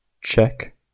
Check